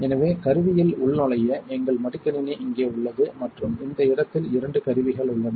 எனவே கருவியில் உள்நுழைய எங்கள் மடிக்கணினி இங்கே உள்ளது மற்றும் இந்த இடத்தில் இரண்டு கருவிகள் உள்ளன